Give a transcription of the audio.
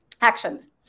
actions